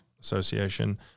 association